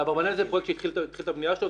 באברבנאל זה פרויקט שהתחילו את הבנייה שלו,